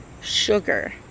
sugar